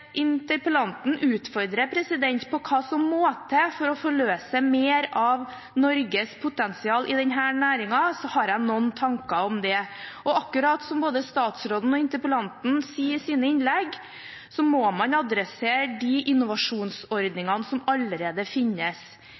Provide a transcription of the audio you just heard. interpellanten utfordrer på hva som må til for å forløse mer av Norges potensial i denne næringen, har jeg noen tanker om det. Akkurat som både statsråden og interpellanten sier i sine innlegg, må man adressere de innovasjonsordningene som allerede finnes,